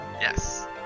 yes